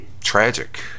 tragic